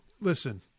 listen